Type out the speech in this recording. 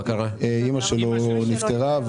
אימא שלו נפטרה.